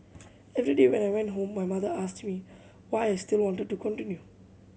every day when I went home my mother asked me why I still wanted to continue